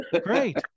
Great